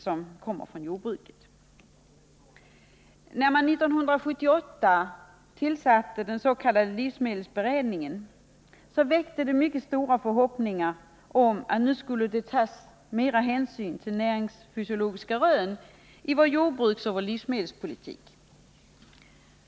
När den s.k. beredningen för livsmedelsoch näringsfrågor tillsattes 1978 väckte det mycket stora förhoppningar om att nu skulle större hänsyn tas till näringsfysiologiska rön i vår jordbruksoch livsmedelspolitik.